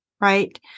right